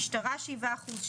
משטרה 7 אחוז,